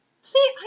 See